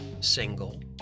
single